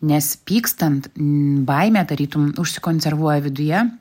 nes pykstant baimė tarytum užsikonservuoja viduje